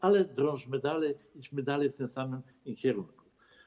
Ale drążmy dalej, idźmy dalej w tym samym kierunku.